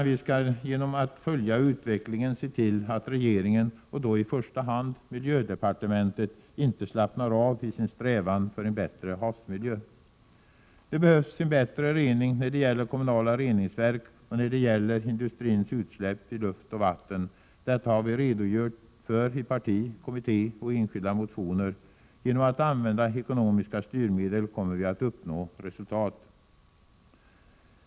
Vi skall genom att följa utvecklingen se till att regeringen, och då i första hand miljödepartementet, inte slappnar av i sin strävan för en bättre havsmiljö. Det behövs en bättre rening när det gäller våra kommunala reningsverk och när det gäller industrins utsläpp i luft och vatten. Detta har vi redogjort för i partimotioner, kommittémotioner och enskilda motioner. Genom att använda ekonomiska styrmedel kommer vi att uppnå resultat.